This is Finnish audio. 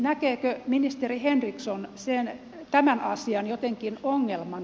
näkeekö ministeri henriksson tämän asian jotenkin ongelmana